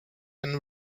and